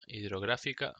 hidrográfica